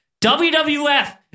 wwf